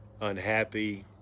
unhappy